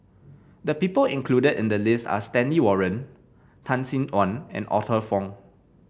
the people included in the list are Stanley Warren Tan Sin Aun and Arthur Fong